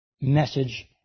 message